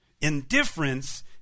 Indifference